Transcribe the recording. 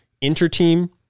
inter-team